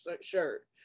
shirt